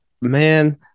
man